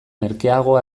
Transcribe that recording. merkeago